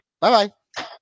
Bye-bye